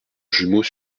jumeaux